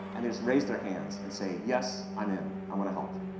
and they just raise their hands and say, yes, i'm in. i want to help.